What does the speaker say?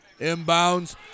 inbounds